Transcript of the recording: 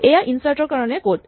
এয়া ইনচাৰ্ট ৰ কাৰণে কড